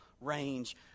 range